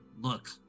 Look